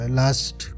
last